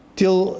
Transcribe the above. till